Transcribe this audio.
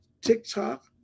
TikTok